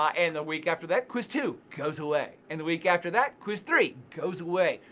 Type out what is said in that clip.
ah and the week after that, quiz two goes away, and the week after that, quiz three goes away.